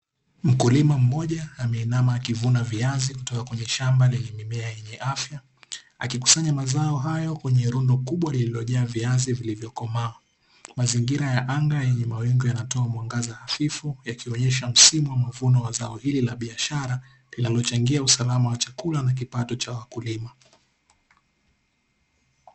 Mkulima mmoja ameinama akivuna viazi kutoka kwenye shamba lenye mimea yenye afya, akikusanya mazao hayo kwenye rundo kubwa lililo jaa viazi vilivyo komaa mazingira ya anga yenye mawingu yanatoa muangaza hafifu yakionyesha msimu wa mavuno wa zao hili la biashara linalo changia usalama wa chakula na kipato cha wakulima.